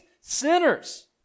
sinners